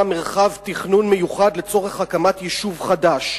"מרחב תכנון מיוחד" לצורך הקמת יישוב חדש,